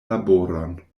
laboron